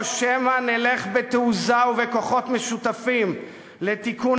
או שמא נלך בתעוזה ובכוחות משותפים לתיקון